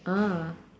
ah